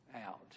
out